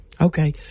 Okay